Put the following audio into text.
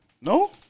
No